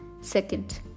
Second